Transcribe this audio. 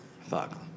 fuck